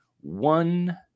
one